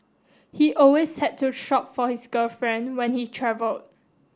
he always had to shop for his girlfriend when he travelled